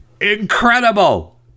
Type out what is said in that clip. Incredible